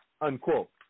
unquote